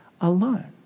alone